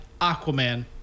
Aquaman